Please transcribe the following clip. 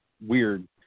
weird